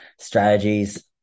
strategies